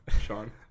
Sean